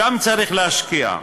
שם צריך להשקיע.